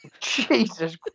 Jesus